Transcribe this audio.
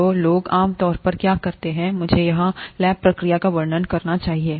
तो लोग आम तौर पर क्या करते हैं मुझे यहां लैब प्रक्रिया का वर्णन करना चाहिए